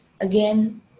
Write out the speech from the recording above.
again